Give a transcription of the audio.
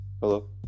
hello